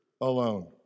alone